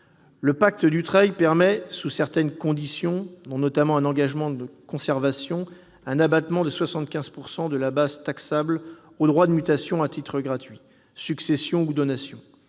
Le pacte Dutreil permet, sous certaines conditions, notamment un engagement de conservation, un abattement de 75 % de la base taxable aux droits de mutation à titre gratuit, succession ou donation.